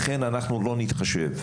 לכן אנחנו לא נתחשב.